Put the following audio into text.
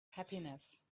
happiness